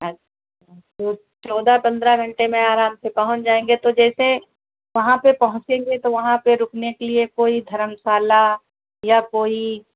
अच्छ तो चौदह पंद्रह घंटे में आराम से पहुँच जाएंगे तो जैसे वहाँ पर पहुँचेंगे तो वहाँ पर रुकने के लिए कोई धरमशाला या कोई